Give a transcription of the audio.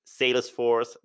Salesforce